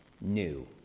new